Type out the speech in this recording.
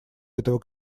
этого